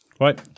right